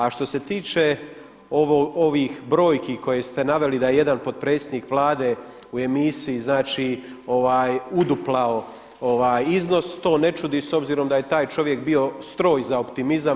A što se tiče ovih brojki koje ste naveli da je jedan potpredsjednik Vlade u emisiji znači, uduplao iznos, to ne čudi s obzirom da je taj čovjek bio stroj za optimizam.